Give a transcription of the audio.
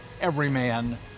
everyman